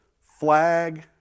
flag